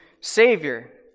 Savior